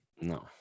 No